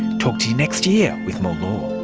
talk to you next year with more law